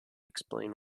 explain